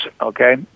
okay